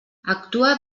actua